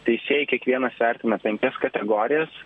teisėjai kiekvienas vertina penkias kategorijas